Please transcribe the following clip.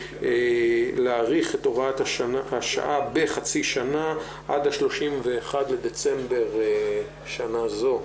להאריך את הוראת השעה בחצי שנה עד ה-31 בדצמבר שנה זו,